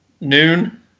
noon